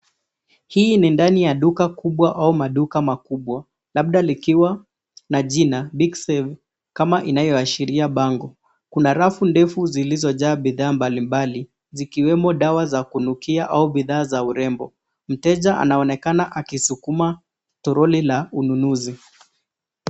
Hii ni ndani ya duka kubwa au maduka makubwa labda likiwa na jina big save kama inavyoashiria bango. Kuna rafu ndefu zilizojaa bidhaa mbalimbali zikiwemo dawa za kunukia au bidhaa za urembo, mteja anaonekana akisukuma troli la ununuzi.